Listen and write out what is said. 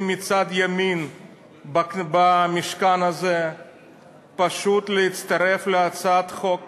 בצד ימין במשכן הזה פשוט להצטרף להצעת חוק פשוטה: